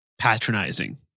patronizing